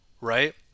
right